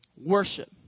Worship